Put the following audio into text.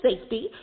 safety